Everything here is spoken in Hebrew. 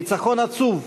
"ניצחון עצוב",